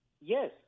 Yes